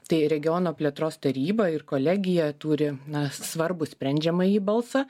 tai regiono plėtros taryba ir kolegija turi na svarbų sprendžiamąjį balsą